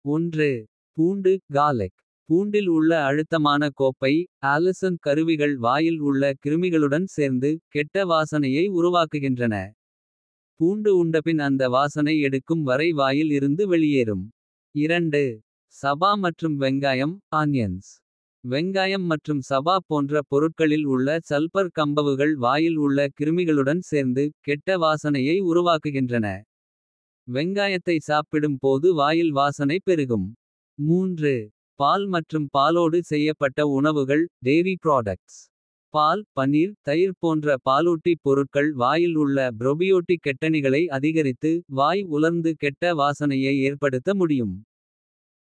பூண்டு பூண்டில் உள்ள அழுத்தமான கோப்பை. கருவிகள் வாயில் உள்ள கிருமிகளுடன் சேர்ந்து. கெட்ட வாசனையை உருவாக்குகின்றன பூண்டு. உண்டபின் அந்த வாசனை எடுக்கும் வரை வாயில். இருந்து வெளியேறும் சபா மற்றும் வெங்காயம். வெங்காயம் மற்றும் சபா போன்ற பொருட்களில். உள்ள சல்பர் கம்பவுகள் வாயில் உள்ள கிருமிகளுடன். சேர்ந்து கெட்ட வாசனையை உருவாக்குகின்றன. வெங்காயத்தை சாப்பிடும் போது வாயில் வாசனைப். பெருகும் பால் மற்றும் பாலோடு செய்யப்பட்ட உணவுகள். பால் பனீர் தயிர் போன்ற பாலூட்டி பொருட்கள் வாயில். உள்ள ப்ரொபியோட்டிக் கெட்டணிகளை அதிகரித்து. வாய் உலர்ந்து கெட்ட வாசனையை ஏற்படுத்த முடியும்.